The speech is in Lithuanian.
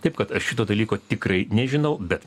taip kad aš šito dalyko tikrai nežinau bet